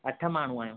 अठ माण्हू आहियूं